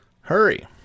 Hurry